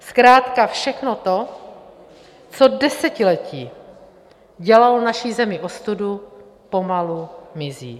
Zkrátka všechno to, co desetiletí dělalo naší zemi ostudu, pomalu mizí.